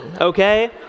okay